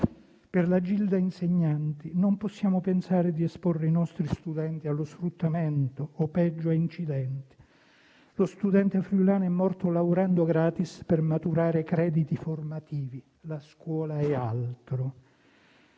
Per la Gilda degli insegnanti non possiamo pensare di esporre i nostri studenti allo sfruttamento, o peggio, a incidenti. Lo studente friulano è morto lavorando gratis per maturare crediti formativi. La scuola è altro.